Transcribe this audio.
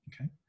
okay